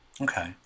Okay